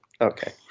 Okay